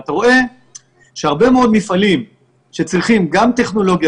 ואתה רואה שהרבה מאוד מפעלים שצריכים גם טכנולוגיה